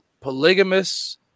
polygamous